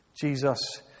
Jesus